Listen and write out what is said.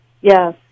Yes